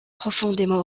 profondément